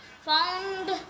found